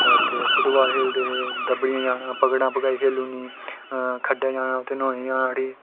ते फुटबॉल खेलदे हे ते दब्बड़ियें जाना ते पगड़ना पगड़ाई खेलूड़नीं खड्डें जाना उत्थें न्हौने गी जाना उठी